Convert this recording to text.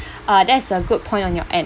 uh that's a good point on your end